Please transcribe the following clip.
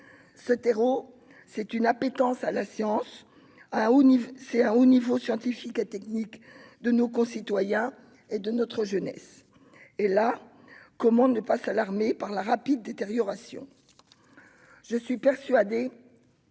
Ce terreau, c'est une appétence pour la science, ainsi qu'un haut niveau scientifique et technique de nos concitoyens et de notre jeunesse. Comment ne pas être alarmé par la rapide détérioration